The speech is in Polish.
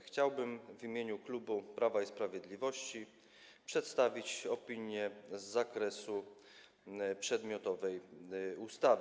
Chciałbym w imieniu klubu Prawa i Sprawiedliwości przedstawić opinię z zakresu przedmiotowej ustawy.